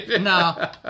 no